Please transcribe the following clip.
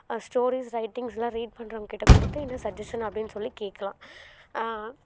stories writings எல்லாம் read பண்ணுறவங்ககிட்ட கொடுத்து என்ன சஜ்ஜஷன் அப்படின்னு சொல்லி கேட்கலாம்